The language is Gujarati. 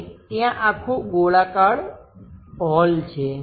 અને ત્યાં આખો ગોળાકાર હોલ છે